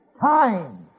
times